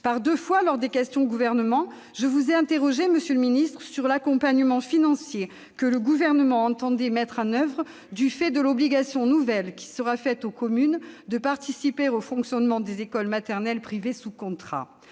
Par deux fois, lors des questions au gouvernement, je vous ai interrogé, monsieur le ministre, sur l'accompagnement financier que le Gouvernement entendait mettre en oeuvre du fait de l'obligation nouvelle qui sera faite aux communes de participer au fonctionnement des écoles maternelles privées sous contrat.